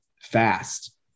fast